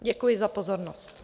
Děkuji za pozornost.